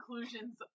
conclusions